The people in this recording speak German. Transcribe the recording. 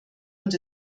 und